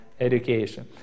education